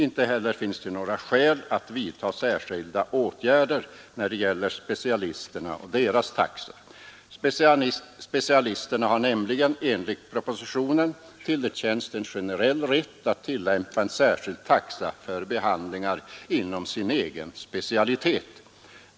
Inte heller finns det några skäl att vidta särskilda åtgärder när det gäller specialisterna och deras taxor. Specialisterna har nämligen enligt propositionen tillerkänts en generell rätt att tillämpa en särskild taxa för behandlingar inom sin egen specialitet.